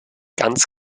ganz